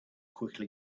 quickly